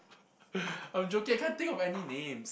I'm joking I can't think of any names